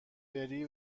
بری